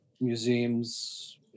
museums